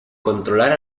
controlar